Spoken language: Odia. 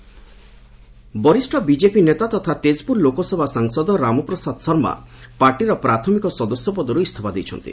ବିଜେପି ଏମ୍ପି ରିଜାଇନ୍ ବରିଷ୍ଣ ବିଜେପି ନେତା ତଥା ତେଜପୁର ଲୋକସଭା ସାଂସଦ ରାମପ୍ରସାଦ ଶର୍ମା ପାର୍ଟିର ପ୍ରାଥମିକ ସଦସ୍ୟ ପଦର୍ ଇସଫା ଦେଇଛନ୍ତି